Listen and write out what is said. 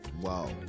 Wow